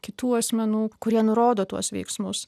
kitų asmenų kurie nurodo tuos veiksmus